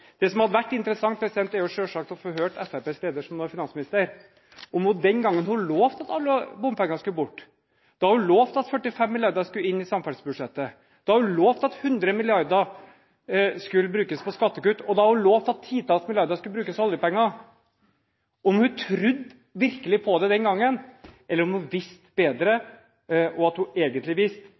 Det som hadde vært interessant, er selvsagt å få høre om Fremskrittspartiets leder, som nå er finansminister, den gangen hun lovte at bompengene skulle bort, da hun lovte at 45 mrd. kr skulle inn i samferdselsbudsjettet, da hun lovte at 100 mrd. kr skulle brukes på skattekutt, og da hun lovte at et titalls milliarder kroner av oljepengene skulle brukes, virkelig trodde på det den gangen, eller om hun visste bedre – og at hun egentlig visste